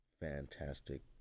fantastic